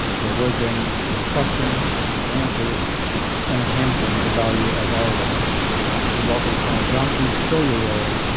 your wisdom, your questions, your answers and enhancing the value of our work. we welcome colonel johnson to fill your role,